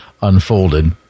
unfolded